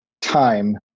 time